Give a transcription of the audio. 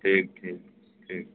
ٹھیک ٹھیک ٹھیک